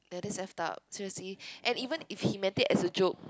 ya that's effed up seriously and even if he meant it as a joke